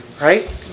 right